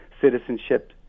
citizenship